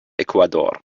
ecuador